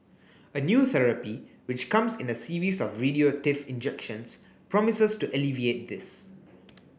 a new therapy which comes in a series of radioactive injections promises to alleviate this